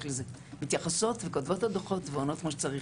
לזה וכותבות את הדוחות ועונות כמו שצריך.